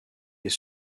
est